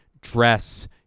dress